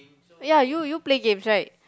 ya you you play games right